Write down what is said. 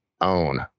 own